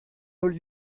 holl